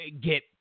get